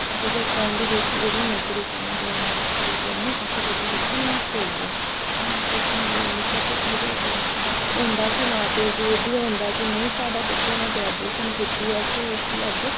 जेह्ड़ा ट्रैंड ही कि एह्कड़ी नौकरी करनी गौरमैंट नौकरी करनी असें ओह्दे पिच्छें नट्ठदे गे कोचिंग लेई बट ओह्दे लेई इक होंदा कि नेईं मां प्यो गी होंदा कि नेईं साढ़े बच्चे ने ग्रैजुएशन कीती ऐ ते उसी अग्गें